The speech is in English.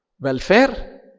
Welfare